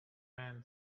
man